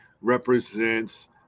represents